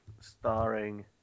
starring